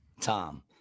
Tom